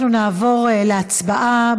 אנחנו נעבור להצבעה.